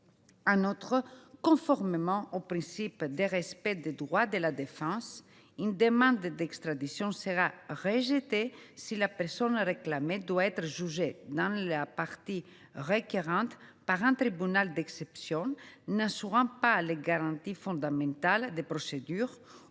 En outre, conformément au principe de respect des droits de la défense, une demande d’extradition sera rejetée si la personne réclamée doit être jugée dans la partie requérante par un tribunal d’exception n’assurant pas les garanties fondamentales de procédure